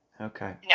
Okay